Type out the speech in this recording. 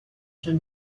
甚至